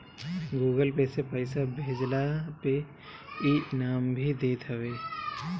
Google Pay से पईसा भेजला पे इ इनाम भी देत हवे